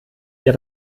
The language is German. ihr